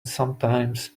sometimes